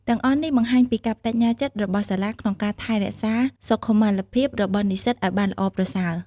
ទាំងអស់នេះបង្ហាញពីការប្តេជ្ញាចិត្តរបស់សាលាក្នុងការថែរក្សាសុខុមាលភាពរបស់និស្សិតឱ្យបានល្អប្រសើរ។